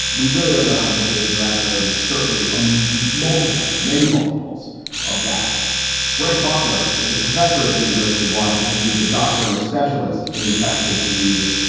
we really don't know how many cases are out there it is certainly a multiple many multiples of that fred buchner is a professor at the university of washington. he's a doctor and a specialist in infectious diseases.